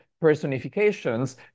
personifications